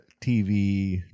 TV